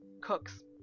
cooks